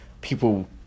people